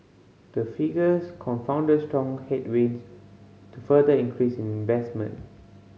the figures confounded strong headwinds to further increase in investment